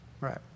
right